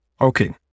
Okay